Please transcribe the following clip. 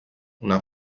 una